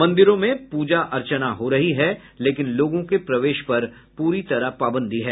मंदिरों में पूजा अर्चना हो रही है लेकिन लोगों के प्रवेश पर प्री तरह पाबंदी है